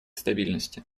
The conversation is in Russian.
стабильности